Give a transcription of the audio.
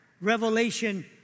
revelation